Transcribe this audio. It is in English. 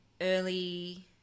early